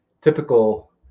typical